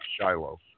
Shiloh